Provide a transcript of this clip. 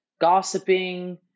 gossiping